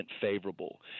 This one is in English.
favorable